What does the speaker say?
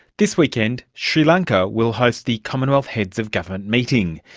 this weekend sri lanka will host the commonwealth heads of government meeting.